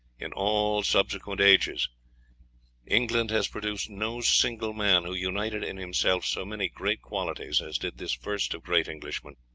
in all subsequent ages england has produced no single man who united in himself so many great qualities as did this first of great englishmen.